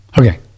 Okay